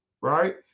Right